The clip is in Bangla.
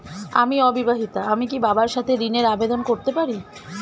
আমি অবিবাহিতা আমি কি বাবার সাথে ঋণের আবেদন করতে পারি?